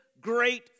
great